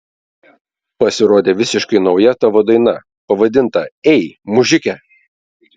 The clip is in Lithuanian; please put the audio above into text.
pasirodė visiškai nauja tavo daina pavadinta ei mužike